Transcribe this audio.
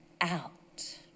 out